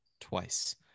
twice